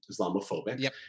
Islamophobic